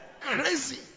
Crazy